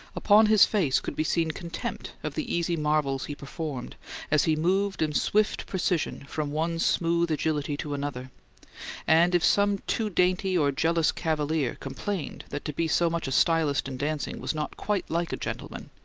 upon his face could be seen contempt of the easy marvels he performed as he moved in swift precision from one smooth agility to another and if some too-dainty or jealous cavalier complained that to be so much a stylist in dancing was not quite like a gentleman,